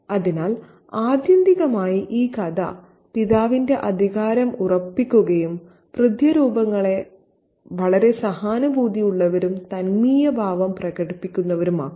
അതിനാൽ ആത്യന്തികമായി ഈ കഥ പിതാവിന്റെ അധികാരം ഉറപ്പിക്കുകയും പിതൃ രൂപങ്ങളെ വളരെ സഹാനുഭൂതിയുള്ളവരും തന്മയീഭാവം പ്രകടിപ്പിക്കുന്നവരുമാക്കുന്നു